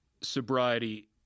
sobriety